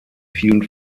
vielen